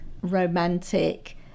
romantic